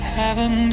Heaven